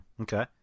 Okay